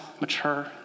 mature